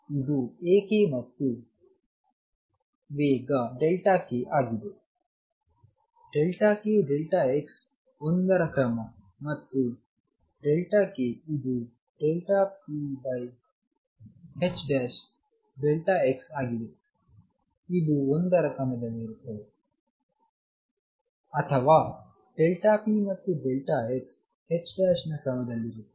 ಇದು A k ಮತ್ತು ವೇಗk ಆಗಿದೆ k x 1 ರ ಕ್ರಮ ಮತ್ತು Δk ಇದು Δpx ಆಗಿದೆಇದು 1 ರ ಕ್ರಮದಲ್ಲಿರುತ್ತದೆ ಅಥವಾ Δ p ಮತ್ತು Δ x ℏ ನ ಕ್ರಮದಲ್ಲಿರುತ್ತದೆ